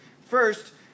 First